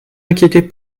inquiétez